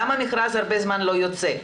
למה המכרז הרבה זמן לא יוצא?